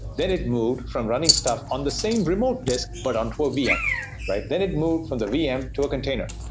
then it moved from running stuff on the same remote disk but on to a vm. then it moved from the vm to a container.